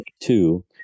Two